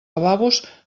lavabos